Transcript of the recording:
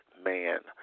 man